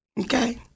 okay